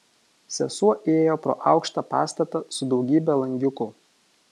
sesuo ėjo pro aukštą pastatą su daugybe langiukų